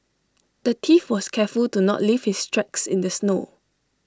the thief was careful to not leave his tracks in the snow